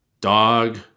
Dog